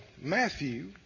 Matthew